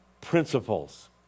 principles